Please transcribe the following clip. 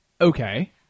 Okay